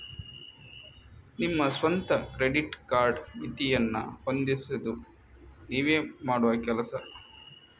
ನಿಮ್ಮ ಸ್ವಂತ credit card ಮಿತಿಯನ್ನ ಹೊಂದಿಸುದು ನೀವೇ ಮಾಡುವ ಕೆಲಸ